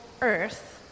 earth